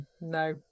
No